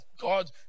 God